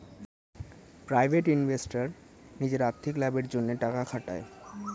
private investor নিজের আর্থিক লাভের জন্যে টাকা খাটায়